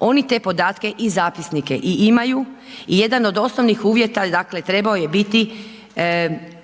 Oni te podatke i zapisnike i imaju i jedan od osnovnih uvjeta dakle trebao je biti puna